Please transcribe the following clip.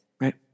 right